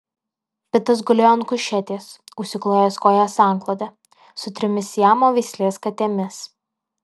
pitas gulėjo ant kušetės užsiklojęs kojas antklode su trimis siamo veislės katėmis